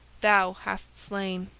thou hast slain.